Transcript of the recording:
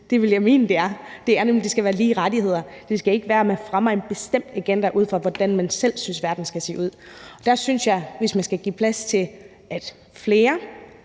Det vil jeg mene det er. Der skal nemlig være lige rettigheder. Det skal ikke være sådan, at man fremmer en bestemt agenda, ud fra hvordan man selv synes verden skal se ud, og der synes jeg, at man, hvis man skal give plads til, at flere